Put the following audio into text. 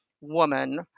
woman